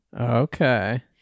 Okay